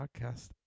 Podcast